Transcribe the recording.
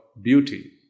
beauty